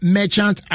Merchant